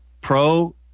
pro